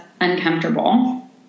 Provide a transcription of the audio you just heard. uncomfortable